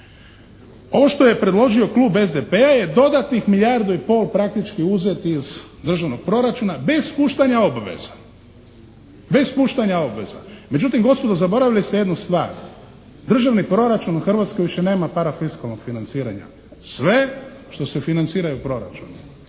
Ovo što je predložio Klub SDP-a je dodatnih milijardu i pol praktički uzet iz državnog proračuna bez puštanja obveza. Bez puštanja obveza. Međutim, gospodo, zaboravili ste jednu stvar. Državni proračun u Hrvatskoj više nema parafiskalnog financiranja. Sve što se financira je u proračunu.